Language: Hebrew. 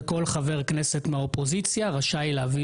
וכל חבר כנסת מהאופוזיציה רשאי להביא